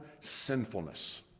sinfulness